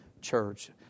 church